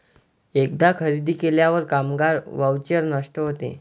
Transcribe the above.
एकदा खरेदी केल्यावर कामगार व्हाउचर नष्ट होते